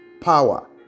power